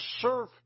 serve